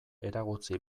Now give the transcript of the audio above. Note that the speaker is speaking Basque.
eragotzi